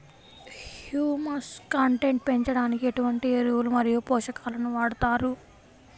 Humus content పెంచడానికి ఎటువంటి ఎరువులు మరియు పోషకాలను వాడతారు?